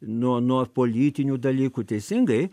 nuo nuo politinių dalykų teisingai